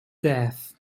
death